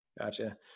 Gotcha